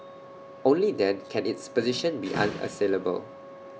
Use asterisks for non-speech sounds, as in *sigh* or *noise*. only then can its position be *noise* unassailable